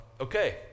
okay